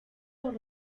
los